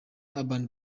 urban